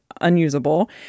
unusable